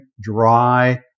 dry